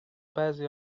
بعضی